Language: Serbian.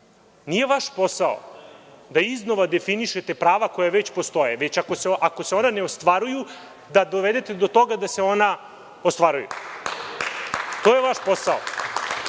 Nije vaš posao da iznova definišete prava koja već postoje, već ako se ona ne ostvaruju da dovedete do toga da se ona ostvaruju. To je vaš posao.